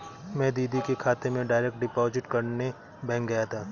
मैं दीदी के खाते में डायरेक्ट डिपॉजिट करने बैंक गया था